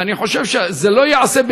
ואני חושב שזה לא ייעשה,